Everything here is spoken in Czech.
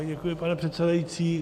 Děkuji, pane předsedající.